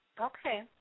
Okay